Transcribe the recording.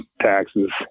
taxes